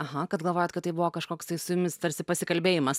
aha kad galvojat kad tai buvo kažkoks tai su jumis tarsi pasikalbėjimas